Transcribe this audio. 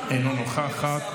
בן גביר עושה עבודה מעולה.